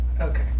Okay